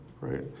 right